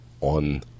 on